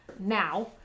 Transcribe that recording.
Now